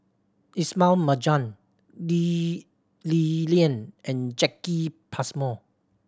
Ismail Marjan Lee Li Lian and Jacki Passmore